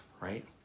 right